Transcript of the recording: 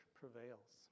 prevails